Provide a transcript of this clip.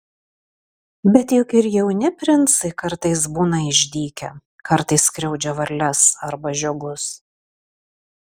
bet juk ir jauni princai kartais būna išdykę kartais skriaudžia varles arba žiogus